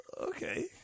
Okay